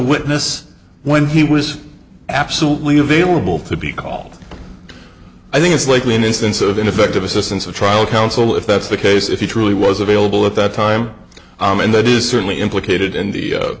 witness when he was absolutely available to be called i think it's likely an instance of ineffective assistance of trial counsel if that's the case if he truly was available at that time and that is certainly implicated in the